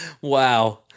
Wow